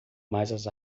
mas